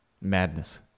Madness